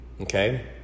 Okay